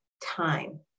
time